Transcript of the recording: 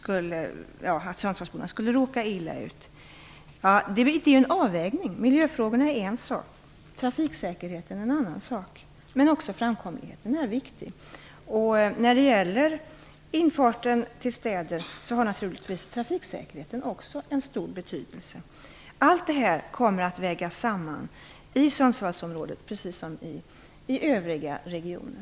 I det sammanhanget vill det till en avvägning. Miljöfrågorna är en sak och trafiksäkerheten är en annan sak. Men framkomligheten är också viktig. Trafiksäkerheten har naturligtvis en stor betydelse när det gäller infarterna till städerna. Allt detta kommer att vägas samman i Sundsvallsområdet precis som i övriga regioner.